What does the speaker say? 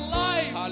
life